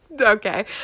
okay